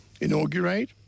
inaugurate